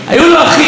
היו לו אחים,